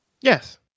Yes